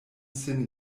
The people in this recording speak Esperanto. sin